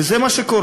וזה מה שקורה.